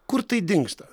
kur tai dingsta